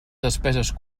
despeses